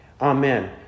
Amen